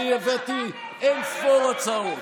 אני הבאתי אין-ספור הצעות,